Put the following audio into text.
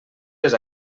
les